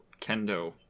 Kendo